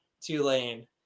Tulane